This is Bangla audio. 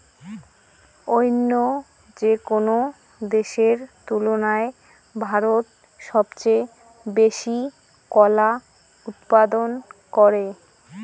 অইন্য যেকোনো দেশের তুলনায় ভারত সবচেয়ে বেশি কলা উৎপাদন করে